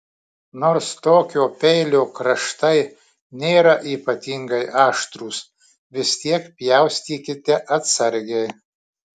nors tokio peilio kraštai nėra ypatingai aštrūs vis tiek pjaustykite atsargiai